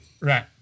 Right